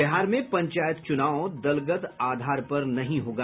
बिहार में पंचायत चुनाव दलगत आधार पर नहीं होगा